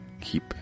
keep